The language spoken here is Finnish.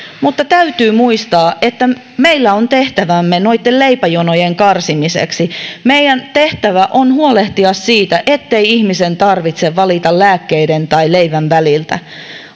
mutta täytyy muistaa että meillä on tehtävämme noitten leipäjonojen karsimiseksi meidän tehtävämme on huolehtia siitä ettei ihmisen tarvitse valita lääkkeiden ja leivän väliltä